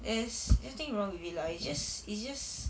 there's nothing wrong with it lah it's just it's just